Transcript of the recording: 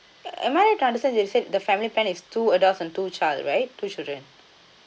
am I understand you said the family plan is two adults and two child right two children